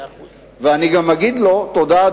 ואני גם אגיד לו: תודה,